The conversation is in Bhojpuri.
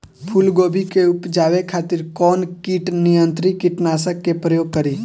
फुलगोबि के उपजावे खातिर कौन कीट नियंत्री कीटनाशक के प्रयोग करी?